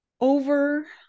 Over